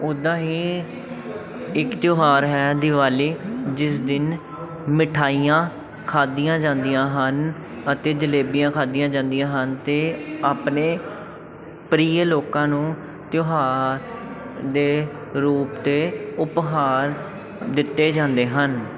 ਉੱਦਾਂ ਹੀ ਇੱਕ ਤਿਉਹਾਰ ਹੈ ਦਿਵਾਲੀ ਜਿਸ ਦਿਨ ਮਿਠਾਈਆਂ ਖਾਧੀਆਂ ਜਾਂਦੀਆਂ ਹਨ ਅਤੇ ਜਲੇਬੀਆਂ ਖਾਧੀਆਂ ਜਾਂਦੀਆਂ ਹਨ ਅਤੇ ਆਪਣੇ ਪ੍ਰਿਯ ਲੋਕਾਂ ਨੂੰ ਤਿਉਹਾਰ ਦੇ ਰੂਪ 'ਤੇ ਉਪਹਾਰ ਦਿੱਤੇ ਜਾਂਦੇ ਹਨ